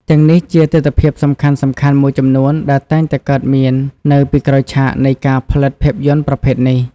ទាំងនេះជាទិដ្ឋភាពសំខាន់ៗមួយចំនួនដែលតែងតែកើតមាននៅពីក្រោយឆាកនៃការផលិតភាពយន្តប្រភេទនេះ។